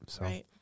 Right